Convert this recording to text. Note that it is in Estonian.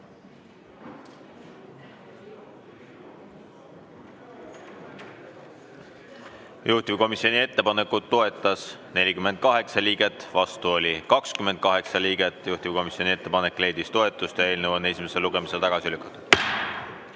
Juhtivkomisjoni ettepanekut toetas 48 liiget, vastu oli 28 liiget. Juhtivkomisjoni ettepanek leidis toetust ja eelnõu on esimesel lugemisel tagasi lükatud.